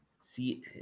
See